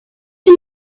you